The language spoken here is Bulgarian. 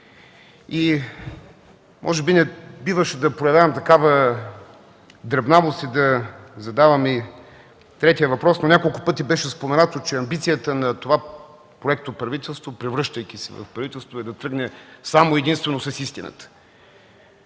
И може би не биваше да проявявам такава дребнавост и да задавам и третия въпрос, но няколко пъти беше споменато, че амбицията на това проектоправителство, превръщайки се в правителство, е да тръгне само и единствено с истината.